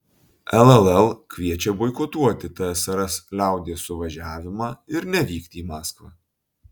lll kviečia boikotuoti tsrs liaudies suvažiavimą ir nevykti į maskvą